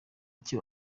iki